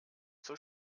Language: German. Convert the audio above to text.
zur